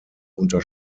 unter